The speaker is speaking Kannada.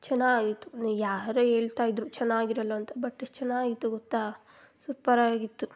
ಚೆನ್ನಾಗಾಯ್ತು ನೀ ಯಾರು ಹೇಳ್ತಾ ಇದ್ರು ಚೆನ್ನಾಗಿರೋಲ್ವಂತೆ ಬಟ್ ಎಷ್ಟು ಚೆನ್ನಾಗಿತ್ತು ಗೊತ್ತಾ ಸೂಪರಾಗಿತ್ತು